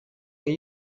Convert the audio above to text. این